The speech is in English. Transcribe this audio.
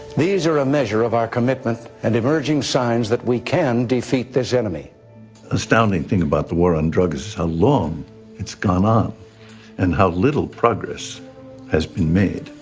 these are a measure of our commitment and emerging signs that we can defeat this enemy. the astounding thing about the war on drugs, is how long it's gone on and how little progress has been made.